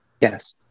Yes